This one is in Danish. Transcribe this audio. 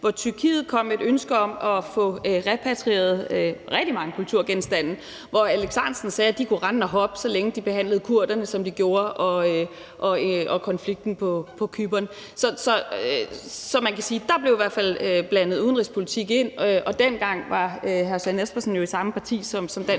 hvor Tyrkiet kom med et ønske om at få repatrieret rigtig mange kulturgenstande, og hvor hr. Alex Ahrendtsen sagde, at de kunne rende og hoppe, så længe de behandlede kurderne, som de gjorde, og der var konflikten på Cypern. Så man kan sige, at der blev der i hvert fald blandet udenrigspolitik ind i det, og dengang var hr. Søren Espersen jo i det samme parti,